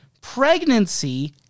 pregnancy